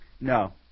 No